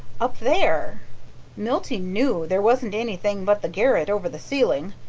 up there milty knew there wasn't anything but the garret over the ceiling,